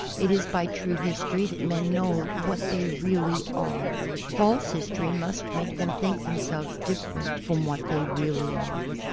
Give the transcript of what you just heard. it is by true history that men know what they really are. false history must make them think themselves different from what they really are.